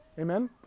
Amen